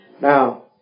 Now